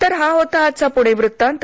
तर हा होता आजचा पुणे वृत्तांत